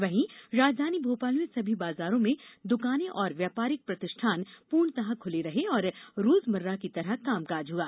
वहीं राजधानी भोपाल में सभी बाजारों में दुकाने और व्यापारिक प्रतिष्ठान पूर्णतः खुले रहे और रोजमर्रा की तरह कामकाज हुआ